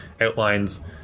outlines